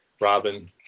Robin